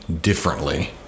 differently